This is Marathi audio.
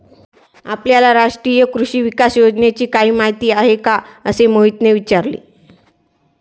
आपल्याला राष्ट्रीय कृषी विकास योजनेची काही माहिती आहे का असे मोहितने विचारले?